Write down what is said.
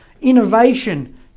innovation